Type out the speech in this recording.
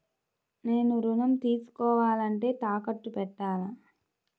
నేను ఋణం తీసుకోవాలంటే తాకట్టు పెట్టాలా?